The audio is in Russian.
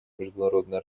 международные